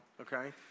okay